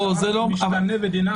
זה משתנה ודינאמי.